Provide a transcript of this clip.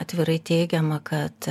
atvirai teigiama kad